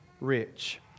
rich